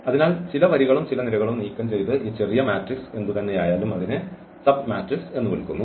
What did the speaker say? അതിനാൽ ചില വരികളും ചില നിരകളും നീക്കംചെയ്ത് ഈ ചെറിയ മാട്രിക്സ് എന്തുതന്നെയായാലും അതിനെ സബ്മാട്രിക്സ് എന്ന് വിളിക്കുന്നു